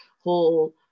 whole